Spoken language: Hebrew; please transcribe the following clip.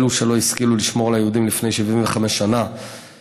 אלו שלא השכילו לשמור לפני 75 שנה על היהודים,